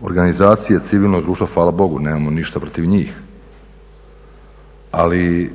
Organizacije civilnog društva, hvala Bogu nemamo ništa protiv njih, ali